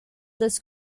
this